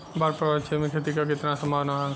बाढ़ प्रभावित क्षेत्र में खेती क कितना सम्भावना हैं?